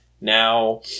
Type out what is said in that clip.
now